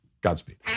Godspeed